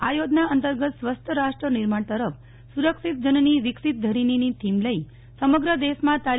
આ યોજના અંતર્ગત સ્વસ્થ રાષ્ટ્ર નિર્માણ તરફ સુરક્ષિત જનની વિકસિત ધરીની ની થીમ લઇ સમગ્ર દેશમાં તા